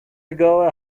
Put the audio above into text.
ago